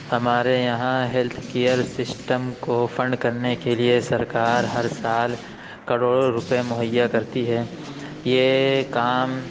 ہمارے یہاں health care system کو فنڈ کرنے کے لیے سرکار ہر سال کروڑوں روپئے مہیا کرتی ہے یہ کام